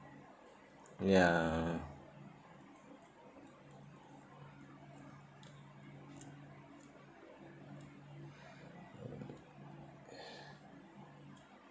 ya